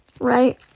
right